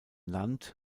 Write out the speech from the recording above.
land